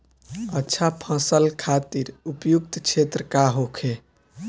अच्छा फसल खातिर उपयुक्त क्षेत्र का होखे?